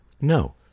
No